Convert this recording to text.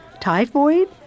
typhoid